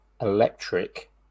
electric